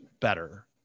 better